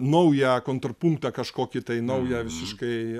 naują kontrapunktą kažkokį tai naują visiškai